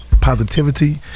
Positivity